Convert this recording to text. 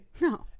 no